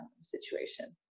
situation